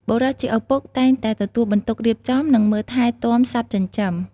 បុរសជាឪពុកតែងតែទទួលបន្ទុករៀបចំ និងមើលថែទាំសត្វចិញ្ចឹម។